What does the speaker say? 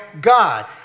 God